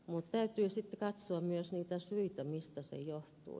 mutta täytyy sitten katsoa myös niitä syitä mistä se johtuu